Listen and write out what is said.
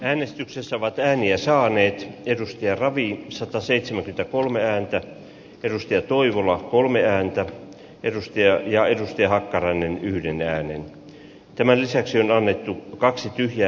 äänestyksessä vat ääniä saaneet edustjärvi sataseitsemänkymmentäkolme ääntä edustaja toivola kolme ääntä edusti ajaa ja hakkarainen yhdenkään ei tämän lisäksi on annettu kaksi tyhjää